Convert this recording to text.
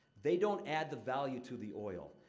they don't add the value to the oil.